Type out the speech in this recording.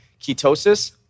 Ketosis